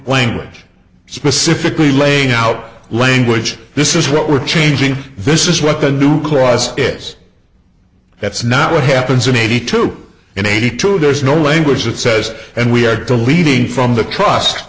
language specifically laying out language this is what we're changing this is what the new clause is that's not what happens in eighty two and eighty two there's no language that says and we are deleting from the